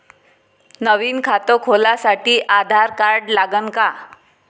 नवीन खात खोलासाठी आधार कार्ड लागन का?